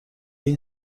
این